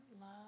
love